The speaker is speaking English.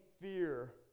fear